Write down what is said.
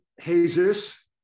Jesus